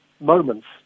moments